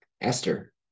Esther